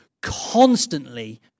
constantly